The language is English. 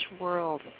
world